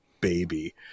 baby